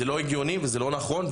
זה לא הגיוני וזה לא נכון,